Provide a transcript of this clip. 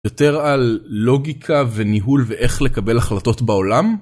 יותר על לוגיקה וניהול ואיך לקבל החלטות בעולם.